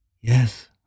Yes